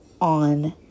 on